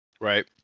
Right